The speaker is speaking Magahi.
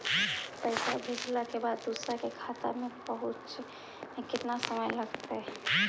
पैसा भेजला के बाद दुसर के खाता में पहुँचे में केतना समय लगतइ?